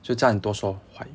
就叫你多说华语